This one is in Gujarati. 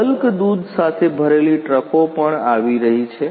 બલ્ક દૂધ સાથે ભરેલી ટ્રકો પણ આવી રહી છે